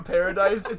Paradise